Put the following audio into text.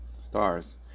stars